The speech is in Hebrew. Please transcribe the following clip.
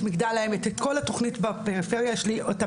את כל התכנית בפריפריה יש לי אותה